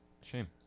Shame